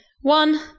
one